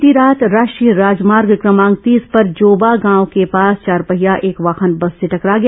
बीती रात राष्ट्रीय राजमार्ग क्रमांक तीस पर जोबा गांव के पास चारपहिया एक वाहन बस से टकरा गया